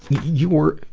your